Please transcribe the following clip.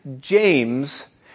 James